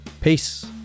Peace